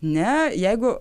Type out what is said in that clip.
ne jeigu